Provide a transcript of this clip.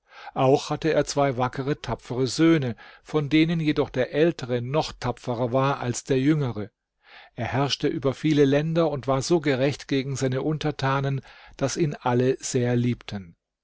auch hatte er zwei wackere tapfere söhne von denen jedoch der ältere noch tapferer war als der jüngere er herrschte über viele länder und war so gerecht gegen seine untertanen daß ihn alle sehr liebten